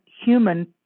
human